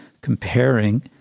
comparing